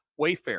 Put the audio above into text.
wayfair